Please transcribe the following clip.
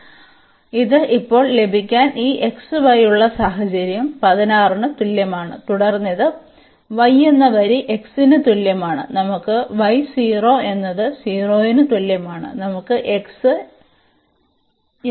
അതിനാൽ ഇത് ഇപ്പോൾ ലഭിക്കാൻ ഈ xy ഉള്ള സാഹചര്യം 16 ന് തുല്യമാണ് തുടർന്ന് ഇത് y എന്ന വരി x ന് തുല്യമാണ് നമുക്ക് y 0 എന്നത് 0 ന് തുല്യമാണ് നമുക്ക് x 8 ന് തുല്യമാണ്